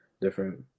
different